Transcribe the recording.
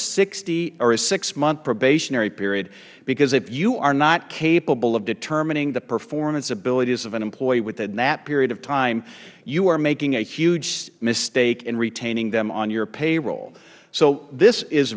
day or a six month probationary period because if you are not capable of determining the performance abilities of an employee within that period of time you are making a huge mistake in retaining them on your payroll so this is